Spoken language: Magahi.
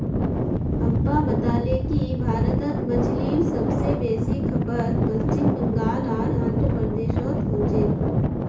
अब्बा बताले कि भारतत मछलीर सब स बेसी खपत पश्चिम बंगाल आर आंध्र प्रदेशोत हो छेक